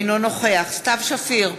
אינו נוכח סתיו שפיר,